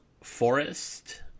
Forest